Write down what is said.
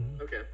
okay